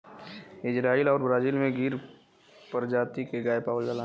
Israel आउर Brazil में गिर परजाती के गाय पावल जाला